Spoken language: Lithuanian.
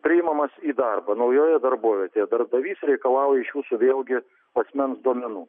priimamas į darbą naujoje darbovietėje darbdavys reikalauja iš jūsų vėlgi asmens duomenų